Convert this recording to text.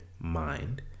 mind